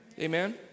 Amen